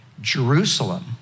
Jerusalem